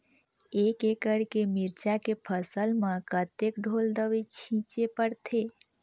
एक एकड़ के मिरचा के फसल म कतेक ढोल दवई छीचे पड़थे?